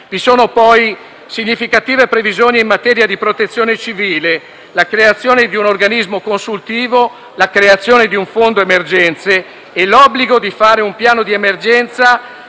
Vi sono poi significative previsioni in materia di protezione civile: la creazione di un organismo consultivo, la creazione di un fondo emergenze e l'obbligo di fare un piano di emergenza